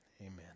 amen